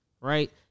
Right